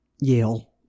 Yale